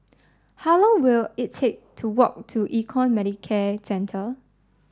how long will it take to walk to Econ Medicare Centre